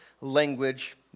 language